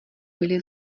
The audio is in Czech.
byli